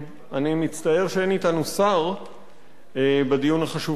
אני מצטער שאין אתנו שר בדיון החשוב הזה,